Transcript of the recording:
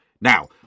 Now